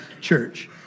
church